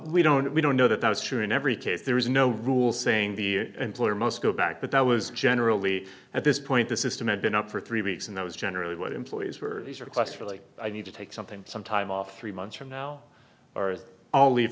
we don't we don't know that that is true in every case there is no rule saying the employer must go back but that was generally at this point the system had been up for three weeks and that was generally what employees were requests for like i need to take something some time off three months from now are all leave